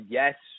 yes